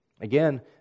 Again